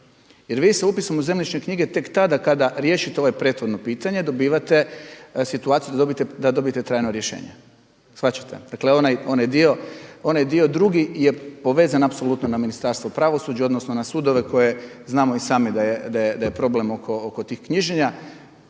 Jer vi se upisom u zemljišne knjige tek tada kada riješite ovo prethodno pitanje dobivate situaciju da dobijete trajno rješenje, shvaćate. Dakle onaj dio drugi je povezan apsolutno na Ministarstvo pravosuđa odnosno na sudove koje znamo i sami da je problem oko tih knjiženja.